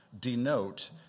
denote